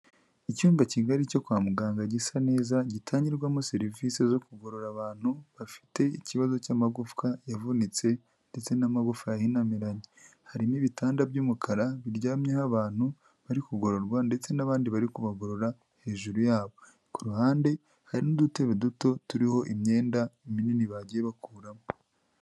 Icyumba kigari cyo kwa muganga gisa neza, gitangirwamo serivisi zo kugorora abantu, bafite ikibazo cy'amagufwa yavunitse ndetse n'amagufa yahinamiranye. Harimo ibitanda by'umukara biryamyeho abantu bari kugororwa, ndetse n'abandi bari kubagorora hejuru yabo. Ku ruhande, hari n'udutebe duto turiho imyenda minini bagiye bakuramo.